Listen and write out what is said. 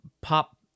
pop